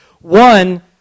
One